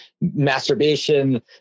masturbation